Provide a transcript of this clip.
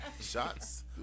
Shots